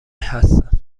هستند